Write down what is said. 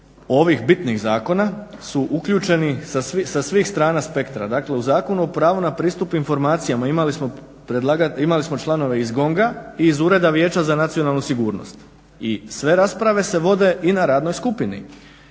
ovih bitnih zakona su uključeni sa svih strana spektra. Dakle u Zakonu o pravu na pristup informacijama imali smo članove iz GONG -a i iz Ureda vijeća za nacionalnu sigurnost i sve rasprave se vode i na radnoj skupini.